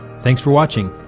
thanks for watching.